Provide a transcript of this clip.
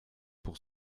pour